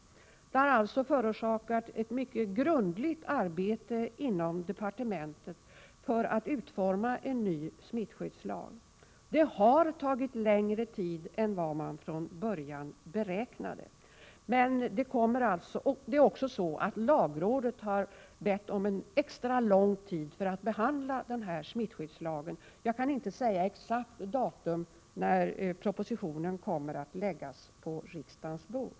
Det har förorsakat ett mycket grundligt arbete inom departementet för att utforma en ny smittskyddslag, och det har tagit längre tid än man från början beräknade. Lagrådet har också bett om en extra lång tid för att behandla frågan om smittskyddslagen. Jag kan inte säga exakt datum när propositionen kommer att läggas på riksdagens bord.